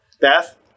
Beth